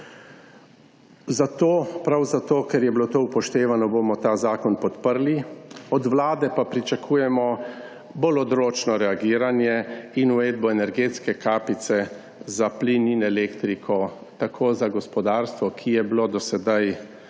Prav zato, ker je bilo to upoštevano, bomo ta zakon podprli, od vlade pa pričakujemo bolj odločno reagiranje in uvedbo energetske kapice za plin in elektriko tako za gospodarstvo, ki je bilo do sedaj